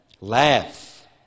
Laugh